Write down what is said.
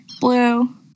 Blue